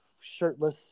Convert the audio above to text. shirtless